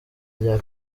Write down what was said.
rya